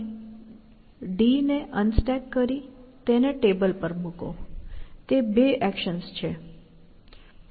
તમે D ને unstack કરી તેને ટેબલ પર મૂકો તે બે એક્શન્સ છે